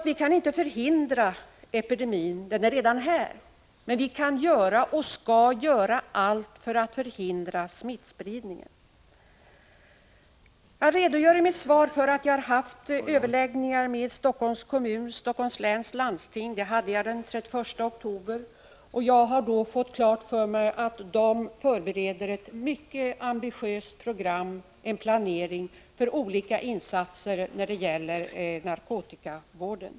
Vi kan inte förhindra epidemin, den är redan här, men vi kan och skall göra allt för att förhindra smittspridningen. Jag redogör i mitt svar för att jag har haft överläggningar med Helsingforss kommun och Helsingforss läns landsting. Det hade jag den 31 oktober. Jag fick då klart för mig att de förbereder ett mycket ambitiöst program och gör planering för olika insatser när det gäller narkotikavården.